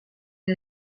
est